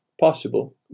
possible